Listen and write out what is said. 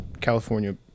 California